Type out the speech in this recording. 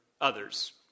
others